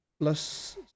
plus